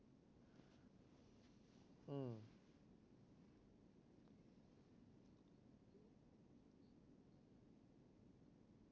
mm